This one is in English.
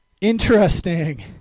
interesting